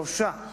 שלושה,